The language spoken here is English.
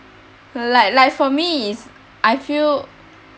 like like for me is I feel